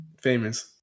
famous